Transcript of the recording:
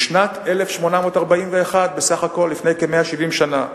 בשנת 1841, בסך הכול לפני כ-170 שנה,